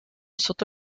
sotto